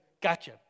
gotcha